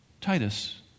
Titus